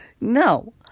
no